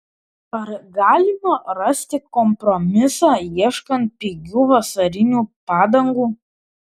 ar galima rasti kompromisą ieškant pigių vasarinių padangų